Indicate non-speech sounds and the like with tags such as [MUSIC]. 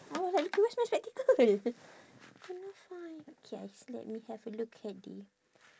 I was like eh where's my spectacle [NOISE] cannot find K I s~ let me have a look at the